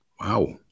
Wow